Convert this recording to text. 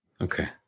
Okay